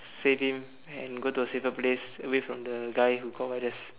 save him and go to a safer place away from the guy who got virus